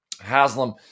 Haslam